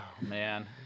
man